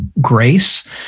grace